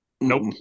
Nope